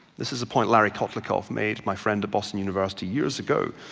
this is a point larry koflacov made, my friend at boston university, years ago,